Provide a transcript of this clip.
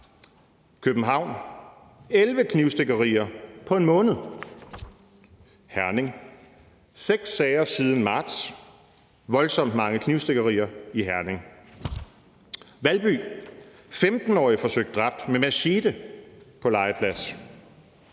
»11 knivstikkerier på en måned«. Herning: »Seks sager siden marts: Voldsomt mange knivstikkerier i Herning«. Valby: »15-årig forsøgt dræbt med machete på legeplads«.